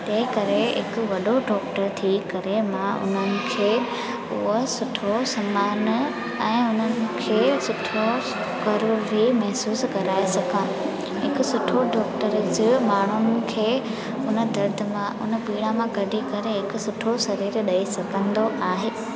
तंहिं करे हिकु वॾो डॉक्टर थी करे मां उन्हनि खे उहो सुठो समानु ऐं उन्हनि खे सुठो ग़ुरूर बि महिसूसु कराए सघां हिकु सुठो डॉक्टर जे माण्हुनि खे उन दर्द मां हुन पीड़ा मां कढी करे हिकु सुठो शरीरु ॾेई सघंदो आहे